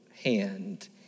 hand